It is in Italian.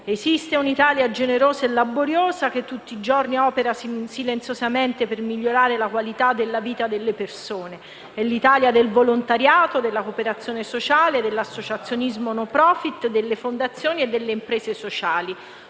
«Esiste un'Italia generosa e laboriosa che tutti i giorni opera silenziosamente per migliorare la qualità della vita delle persone. È l'Italia del volontariato, della cooperazione sociale, dell'associazionismo *no profìt*, delle fondazioni e delle imprese sociali.